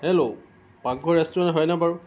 hello Pakghar restaurant হয় নে বাৰু